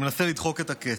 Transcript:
שמנסה לדחוק את הקץ.